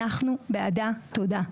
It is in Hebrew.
אנחנו בעדה, תודה.